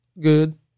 good